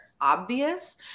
obvious